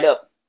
up